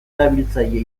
erabiltzaile